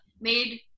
made